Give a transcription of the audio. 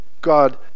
God